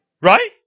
Right